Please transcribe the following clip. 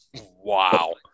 Wow